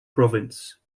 province